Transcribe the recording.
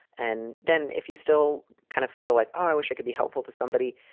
and then if you still kind of feel like ah i wish i could be helpful to somebody,